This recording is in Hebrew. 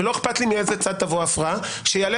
ולא אכפת לי מאיזה צד תבוא ההפרעה,